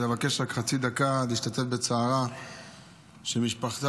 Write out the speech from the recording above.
אני מבקש רק חצי דקה להשתתף בצערה של משפחת